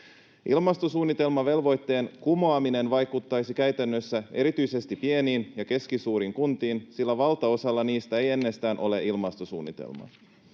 Ilmastosuunnitelman velvoitteen kumoaminen vaikuttaisi käytännössä erityisesti pieniin ja keskisuuriin kuntiin, sillä valtaosalla niistä ei ennestään ole ilmastosuunnitelmaa.